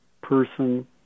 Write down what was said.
person